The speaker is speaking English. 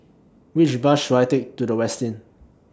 Which Bus should I Take to The Westin